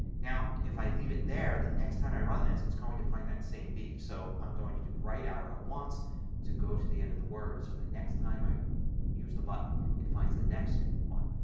now if i leave it there the next time i run this it's going to find that same b. so i'm going to do right arrow once to go to the end of the word so the next time i use the button it finds the next one.